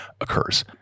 occurs